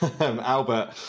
Albert